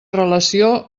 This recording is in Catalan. relació